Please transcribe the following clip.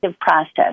process